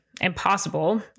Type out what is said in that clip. impossible